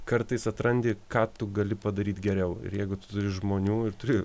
kartais atrandi ką tu gali padaryt geriau ir jeigu tu turi žmonių ir turi